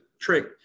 trick